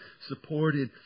supported